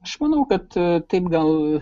aš manau kad taip gal